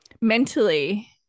mentally